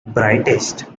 brightest